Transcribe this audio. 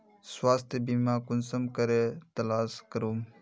स्वास्थ्य बीमा कुंसम करे तलाश करूम?